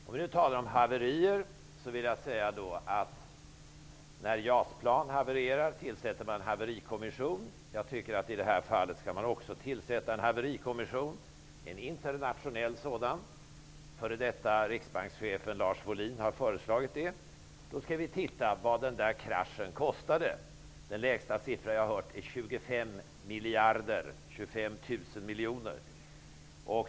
Om vi nu talar om haverier vill jag säga att när JAS-plan havererar tillsätter man en haverikommission. I detta fall skall man också tillsätta en haverikommission, tycker jag, en internationell sådan. F.d. riksbankschefen Lars Wohlin har föreslagit det. Vi skall titta på vad kraschen kostade. Den lägsta siffra jag har hört är 25 miljarder -- 25 000 miljoner.